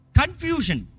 confusion